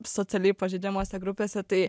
socialiai pažeidžiamose grupėse tai